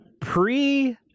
pre